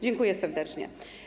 Dziękuję serdecznie.